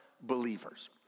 believers